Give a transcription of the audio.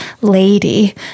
lady